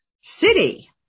city